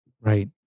Right